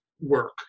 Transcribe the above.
work